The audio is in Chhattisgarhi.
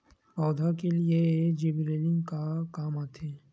पौधा के लिए जिबरेलीन का काम आथे?